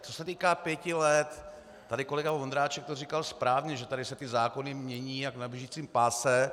Co se týká pěti let, tady kolega Vondráček to říkal správně, že tady se zákony mění jak na běžícím páse.